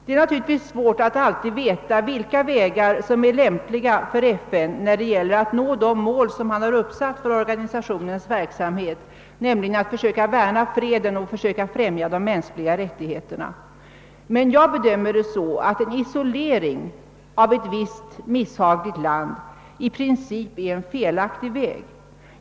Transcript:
Det är naturligtvis svårt att alltid veta vilka vägar som är lämpliga för FN när det gäller att nå de mål som är uppsatta för organisationens verksamhet, nämligen att försöka värna freden och att försöka främja de mänskliga rättigheterna. Jag bedömer det så att en isolering av ett visst misshagligt land i princip är en felaktig väg.